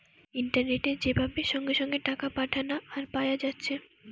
ইন্টারনেটে যে ভাবে সঙ্গে সঙ্গে টাকা পাঠানা আর পায়া যাচ্ছে